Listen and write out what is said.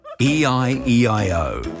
E-I-E-I-O